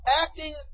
acting